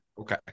Okay